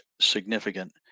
significant